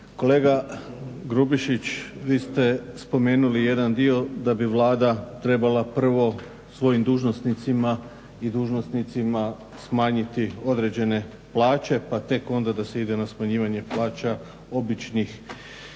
Kolega Grubišić, vi ste spomenuli jedan dio da bi Vlada trebala prvo svojim dužnosnicima i dužnosnicima smanjiti određene plaće pa tek onda da se ide na smanjivanje plaća običnih